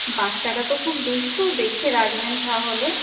বাচ্চারা তো খুব দুষ্টু দেখে রাখবেন তাহলে